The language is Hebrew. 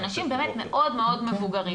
אנשים באמת מאוד מאוד מבוגרים.